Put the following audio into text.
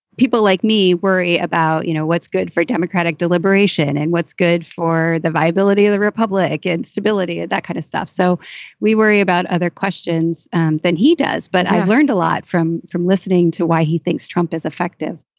people like me worry about, you know, what's good for democratic deliberation and what's good for the viability of the republic and stability. that kind of stuff. so we worry about other questions than he does. but i've learned a lot from from listening to why he thinks trump is effective.